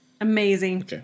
Amazing